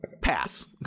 pass